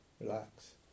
Relax